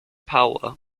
power